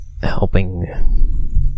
helping